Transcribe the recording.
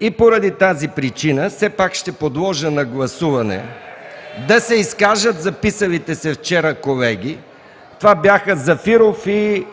И поради тази причина все пак ще подложа на гласуване да се изкажат записалите се вчера колеги. Това бяха Зафиров и